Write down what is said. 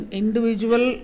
individual